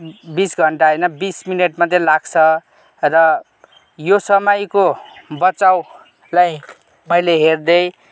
बिस घन्टा होइन बिस मिनट मात्रै लाग्छ र यो समयको बचाउलाई अहिले हेर्दै